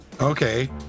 okay